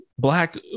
black